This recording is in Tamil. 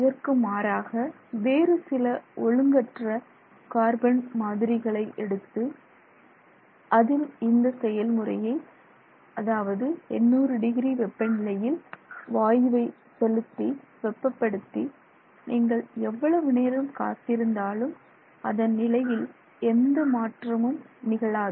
இதற்கு மாறாக வேறு சில ஒழுங்கற்ற கார்பன் மாதிரிகளை எடுத்து அதில் இந்த செயல்முறையை அதாவது 800 டிகிரி வெப்பநிலையில் வாயுவை செலுத்தி வெப்பப்படுத்தி நீங்கள் எவ்வளவு நேரம் காத்திருந்தாலும் அதன் நிலையில் எந்த மாற்றமும் நிகழாது